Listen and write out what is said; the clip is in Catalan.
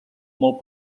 molt